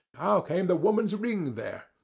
how came the woman's ring there?